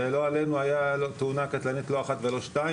ולא עלינו היתה לא תאונה קטלנית אחת ולא שתיים,